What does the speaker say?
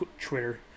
Twitter